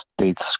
states